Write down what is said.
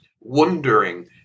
wondering